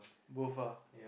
both ah